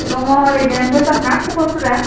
दङ ओरैनो मोजां ना खबरफोरा